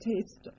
taste